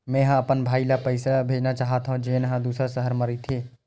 मेंहा अपन भाई ला पइसा भेजना चाहत हव, जेन हा दूसर शहर मा रहिथे